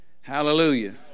Hallelujah